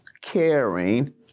caring